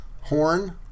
horn